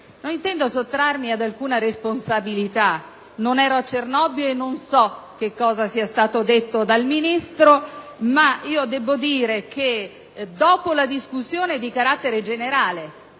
Non intendo sottrarmi ad alcuna responsabilità. Non ero a Cernobbio e non so che cosa sia stato detto dal Ministro ma, dopo la discussione generale,